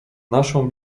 naszą